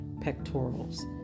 pectorals